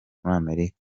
amerika